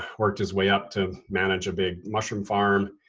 worked his way up to manage a big mushroom farm.